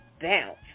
bounce